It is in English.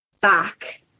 back